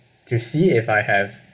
to see if I have